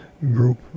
group